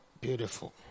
Beautiful